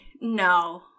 No